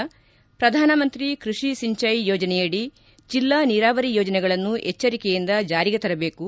ಪ್ರಧಾನಮಂತ್ರಿ ಕೃಷಿ ಸಿಂಚಯಿ ಯೋಜನೆಯಡಿ ಜಿಲ್ಲಾ ನೀರಾವರಿ ಯೋಜನೆಗಳನ್ನು ಎಚ್ಲರಿಕೆಯಿಂದ ಜಾರಿಗೆ ತರಬೇಕು